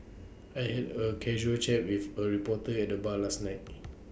I had A casual chat with A reporter at the bar last night